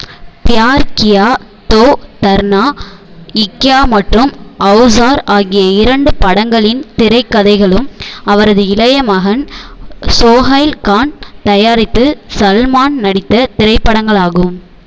பியார் கியா தோ தர்னா க்யா மற்றும் ஔசார் ஆகிய இரண்டு படங்களின் திரைக்கதைகளும் அவரது இளைய மகன் சோஹைல் கான் தயாரித்து சல்மான் நடித்த திரைப்படங்களாகும்